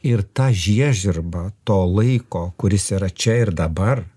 ir ta žiežirba to laiko kuris yra čia ir dabar